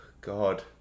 God